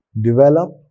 Develop